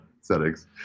Settings